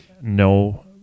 no